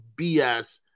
BS